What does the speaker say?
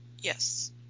Yes